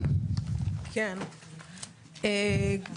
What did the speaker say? הצעת אכרזה על שמורת טבע יטבתה (תיקון) התשפ"ב-2021.